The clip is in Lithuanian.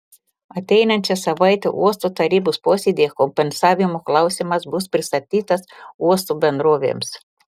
ateinančią savaitę uosto tarybos posėdyje kompensavimo klausimas bus pristatytas uosto bendrovėms